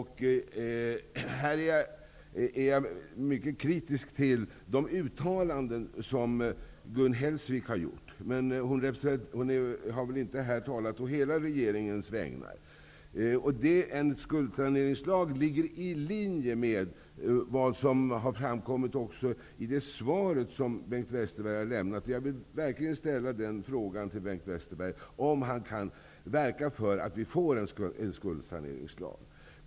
Här är jag mycket kritisk till de uttalanden som Gun Hellsvik har gjort, men hon har väl inte talat på hela regeringens vägnar. En skuldsaneringslag ligger i linje med vad som har framkommit också i det svar som Bengt Westerberg har lämnat. Jag vill verkligen ställa frågan till Bengt Westerberg om han kan verka för att vi får en skuldsaneringslag.